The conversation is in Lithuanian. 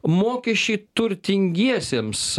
mokesčiai turtingiesiems